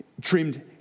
trimmed